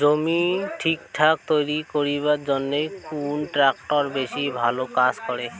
জমি ঠিকঠাক তৈরি করিবার জইন্যে কুন ট্রাক্টর বেশি ভালো কাজ করে?